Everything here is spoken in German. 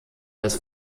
des